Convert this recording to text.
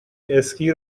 اسکی